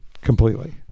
Completely